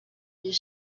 des